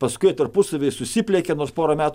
paskui jie tarpusavyje susipliekė nors porą metų